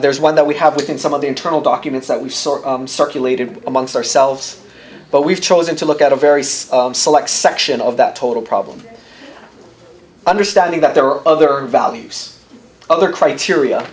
there's one that we have within some of the internal documents that we've sort circulated amongst ourselves but we've chosen to look at a very small select section of that total problem understanding that there are other values other criteria